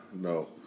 no